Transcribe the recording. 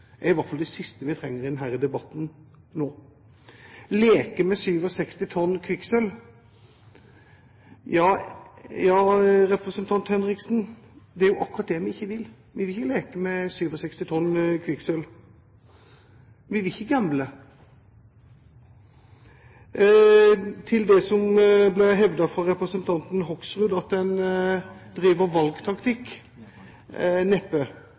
er i hvert fall det siste vi trenger i denne debatten. «Leke med 67 tonn kvikksølv» – ja, representant Henriksen, det er akkurat det vi ikke vil. Vi vil ikke leke med 67 tonn kvikksølv. Vi vil ikke gamble. Til det som ble hevdet fra representanten Hoksrud, at en driver valgtaktikk – neppe.